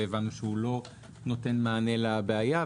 והבנו שהוא לא נותן מענה לבעיה.